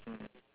mm